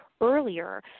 earlier